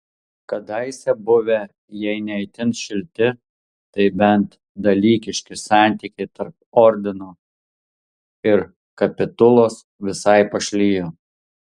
kadaise buvę jei ne itin šilti tai bent dalykiški santykiai tarp ordino ir kapitulos visai pašlijo